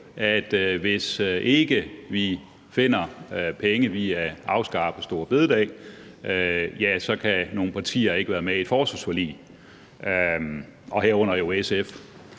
at hvis vi ikke finder penge ved at afskaffe store bededag, kan nogle partier ikke være med i forsvarsforliget, herunder jo SF.